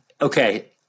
Okay